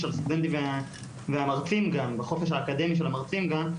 הסטודנטים ובחופש האקדמי של המרצים גם.